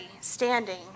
standing